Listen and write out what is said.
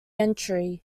entry